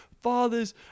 fathers